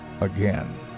again